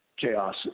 chaos